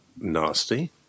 nasty